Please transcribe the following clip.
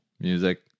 music